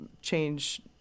change